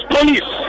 Police